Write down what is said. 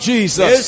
Jesus